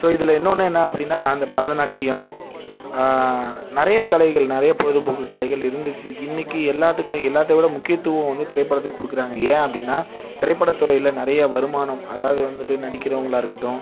so இதில் இன்னொன்று என்ன அப்படின்னா அந்த பரதநாட்டியம் நிறைய கலைகள் நிறைய பொழுதுபோக்கு கலைகள் இருந்துச்சு இன்றைக்கு எல்லாத்துக்கும் எல்லாத்தை விட முக்கியத்துவம் வந்து திரைப்படத்துக்கு கொடுக்குறாங்க ஏன் அப்படின்னா திரைப்பட துறையில் நிறைய வருமானம் அதாவது வந்துவிட்டு நடிக்கிறவங்களாக இருக்கட்டும்